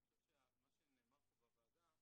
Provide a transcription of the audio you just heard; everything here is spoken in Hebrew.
ואני חושב שמה שנאמר פה בוועדה